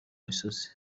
misozi